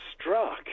struck